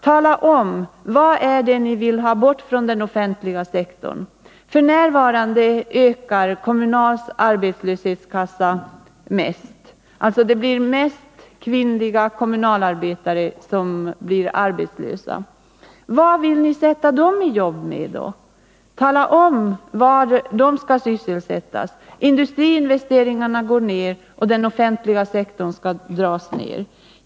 Tala om vad det är ni vill ha bort från den offentliga sektorn! F. n. ökar Kommunals arbetslöshetskassa mest. Det är alltså mest kvinnliga kommunalarbetare som blir arbetslösa. Vad vill ni sätta dem i jobb med då? Tala om var de skall sysselsättas! Industriinvesteringarna går ner, och den offentliga sektorn skall dras ner, säger ni.